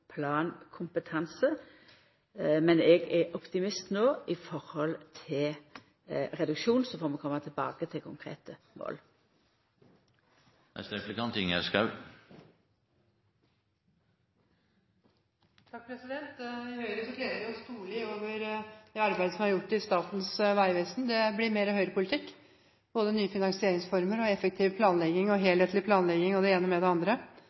plankompetanse. Men eg er optimist no i høve til reduksjon, så får vi koma tilbake til konkrete mål. I Høyre gleder vi oss storlig over det arbeidet som er gjort i Statens vegvesen. Det blir mer Høyre-politikk, både nye finansieringsformer, effektiv planlegging, helhetlig planlegging og det ene med det andre.